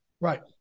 Right